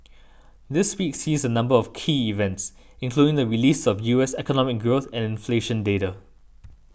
this week sees a number of key events including the release of U S economic growth and inflation data